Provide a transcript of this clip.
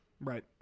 right